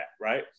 Right